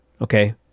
okay